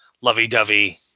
lovey-dovey